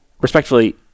Respectfully